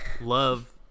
love